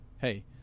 Hey